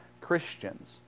Christians